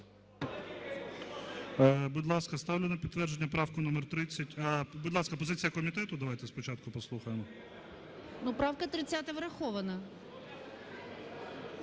Будь ласка, ставлю на підтвердження правку номер 30… Будь ласка, позиція комітету, давайте спочатку послухаємо. 14:15:19 БОНДАР Г.В. Правка 30 врахована.